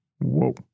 Whoa